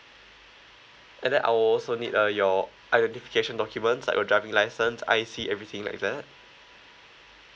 and then I will also need uh your identification documents like your driving license I_C everything like that